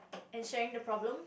and sharing the problem